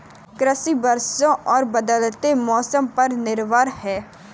कृषि वर्षा और बदलते मौसम पर निर्भर है